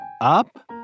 up